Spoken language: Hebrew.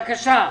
בבקשה.